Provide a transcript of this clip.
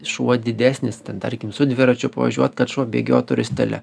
šuo didesnis tarkim su dviračiu pavažiuoti kad šuo bėgiotų ristele